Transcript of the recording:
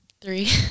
Three